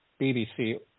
BBC